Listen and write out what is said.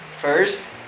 First